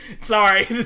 Sorry